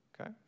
okay